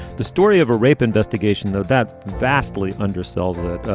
the story of a rape investigation that that vastly under sells it.